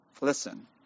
Listen